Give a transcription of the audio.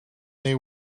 they